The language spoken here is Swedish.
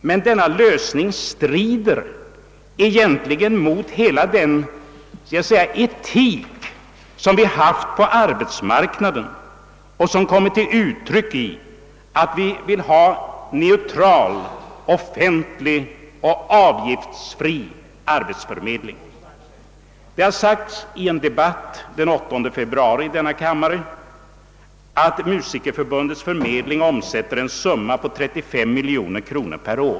Men denna lösning strider egentligen mot hela den etik som vi haft på arbetsmarknaden och som kommit till uttryck i att vi vill ha neutral, offentlig och avgiftsfri arbetsförmedling. Det har sagts i en debatt den 8 februari i denna kammare att Musikerförbundets förmedlingssumma per år är 35 miljoner kronor.